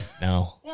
No